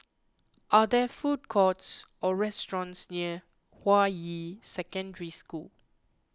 are there food courts or restaurants near Hua Yi Secondary School